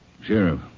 Sheriff